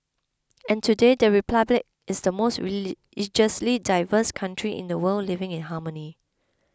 and today the republic is the most religiously diverse country in the world living in harmony